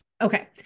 Okay